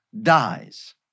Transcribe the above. dies